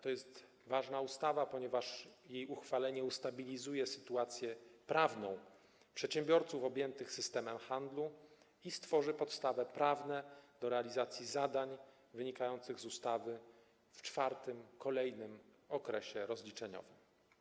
To jest ważna ustawa, ponieważ jej uchwalenie ustabilizuje sytuację prawną przedsiębiorców objętych systemem handlu i stworzy podstawy prawne do realizacji zadań wynikających z ustawy w czwartym, kolejnym okresie rozliczeniowym.